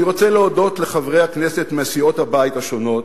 אני רוצה להודות לחברי הכנסת מסיעות הבית השונות,